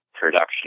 production